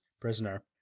prisoner